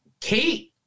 Kate